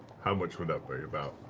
how much would that be, about?